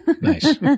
Nice